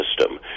system